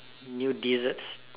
new desserts